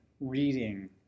reading